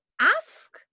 ask